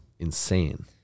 insane